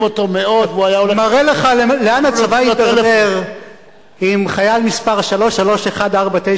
מראה לך לאן הצבא הידרדר אם חייל מספר 3314932,